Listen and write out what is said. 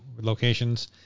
locations